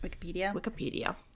Wikipedia